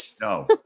No